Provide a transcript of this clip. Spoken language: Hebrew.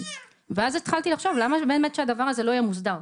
ואז התחלתי לחשוב למה באמת שהדבר הזה לא יהיה מוסדר,